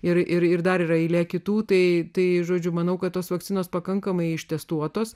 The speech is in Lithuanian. ir ir dar yra eilė kitų tai tai žodžiu manau kad tos vakcinos pakankamai ištestuotos